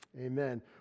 Amen